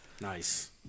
Nice